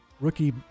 Rookie